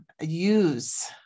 use